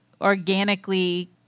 organically